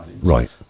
Right